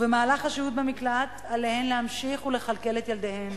במהלך השהות במקלט עליהן להמשיך ולכלכל את ילדיהן,